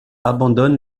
abandonne